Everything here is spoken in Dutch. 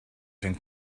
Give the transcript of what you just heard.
zijn